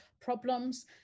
problems